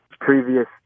previous